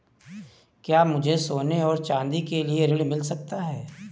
क्या मुझे सोने और चाँदी के लिए ऋण मिल सकता है?